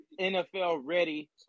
NFL-ready